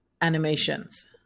animations